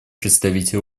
представитель